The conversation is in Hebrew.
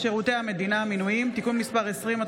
שירותי המדינה (מינויים) (תיקון מס' 20),